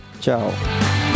Ciao